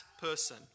person